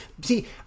see